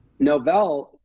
Novell